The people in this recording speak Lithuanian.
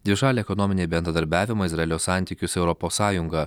dvišalį ekonominį bendradarbiavimą izraelio santykius su europos sąjunga